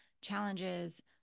challenges